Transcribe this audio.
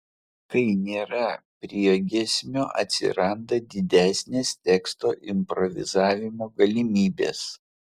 kai nėra priegiesmio atsiranda didesnės teksto improvizavimo galimybės